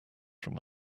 from